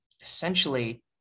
essentially